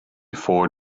four